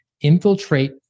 infiltrate